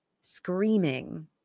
screaming